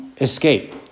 Escape